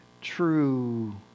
true